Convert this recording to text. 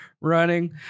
running